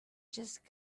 just